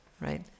right